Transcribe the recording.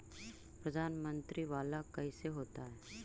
प्रधानमंत्री मंत्री वाला कैसे होता?